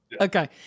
okay